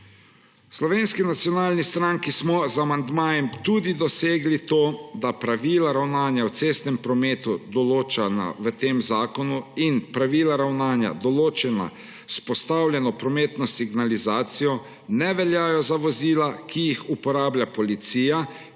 Slovenski nacionalni stranki smo z amandmajem tudi dosegli to, da pravila ravnanja v cestnem prometu, določena v tem zakonu, in pravila ravnanja, določena z vzpostavljeno prometno signalizacijo, ne veljajo za vozila, ki jih uporablja policija pri varovanju